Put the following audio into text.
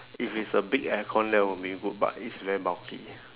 if it's a big aircon that will be good but it's very bulky